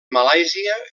malàisia